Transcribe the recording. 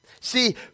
See